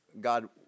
God